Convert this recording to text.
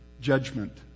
judgment